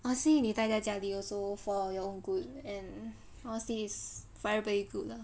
I see 你呆在家里 also for your good and mostly is fairway good